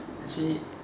actually